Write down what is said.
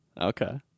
Okay